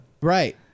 right